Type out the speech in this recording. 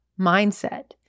mindset